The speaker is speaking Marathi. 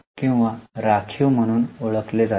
किंवा राखीव म्हणून ओळखले जाते